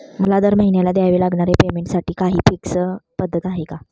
मला दरमहिन्याला द्यावे लागणाऱ्या पेमेंटसाठी काही फिक्स पद्धत आहे का?